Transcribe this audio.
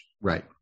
Right